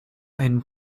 and